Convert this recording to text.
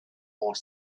more